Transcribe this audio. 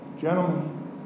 Gentlemen